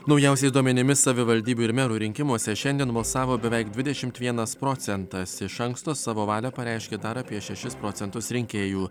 naujausiais duomenimis savivaldybių ir merų rinkimuose šiandien balsavo beveik dvidešimt vienas procentas iš anksto savo valią pareiškė dar apie šešis procentus rinkėjų